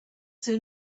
soon